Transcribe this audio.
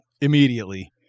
immediately